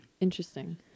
Interesting